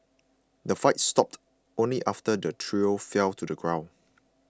the fight stopped only after the trio fell to the ground